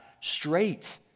straight